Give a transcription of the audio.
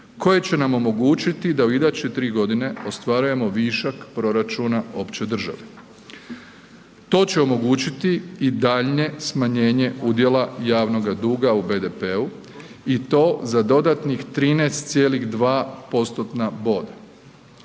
koja će nam omogućiti da u iduće 3.g. ostvarujemo višak proračuna opće države. To će omogućiti i daljnje smanjenje udjela javnoga duga u BDP-u i to za dodatnih 13,2%-tna boda.